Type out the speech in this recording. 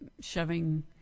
shoving